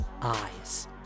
Eyes